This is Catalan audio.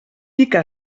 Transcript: pica